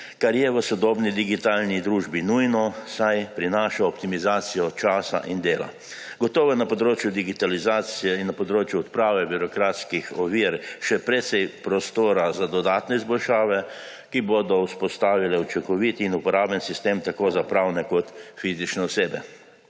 kar je v sodobni digitalni družbi nujno, saj prinaša optimizacijo časa in dela. Gotovo je na področju digitalizacije in na področju odprave birokratskih ovir še precej prostora za dodatne izboljšave, ki bodo vzpostavile učinkovit in uporaben sistem za pravne in fizične osebe.